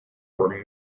were